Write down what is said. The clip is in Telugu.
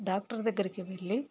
డాక్టర్ దగ్గరికి వెళ్ళి